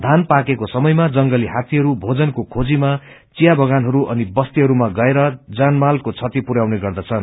धान पाकेको समयमा जंगली हातीहरु मेजनको खेजीामा विख्या बगानहरू अनि बस्तीहरूमा गएर ज्यानमालको क्षेति पुरयाउने गर्दछन्